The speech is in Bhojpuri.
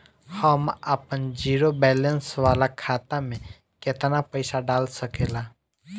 हम आपन जिरो बैलेंस वाला खाता मे केतना पईसा डाल सकेला?